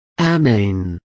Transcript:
Amen